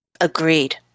Agreed